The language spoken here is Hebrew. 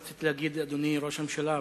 רציתי להגיד "אדוני ראש הממשלה",